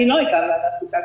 כי לא הייתה ועדת חוקה.